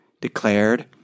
declared